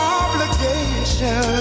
obligation